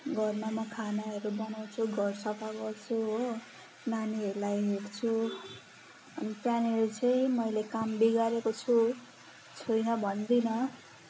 घरमा म खानाहरू बनाउँछु घर सफा गर्छु हो नानीहरूलाई हेर्छु त्यहाँनिर चाहिँ मैले काम बिगारेको छु छुइनँ भन्दिनँ